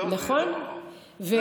לא, זה הזוי.